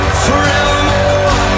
forevermore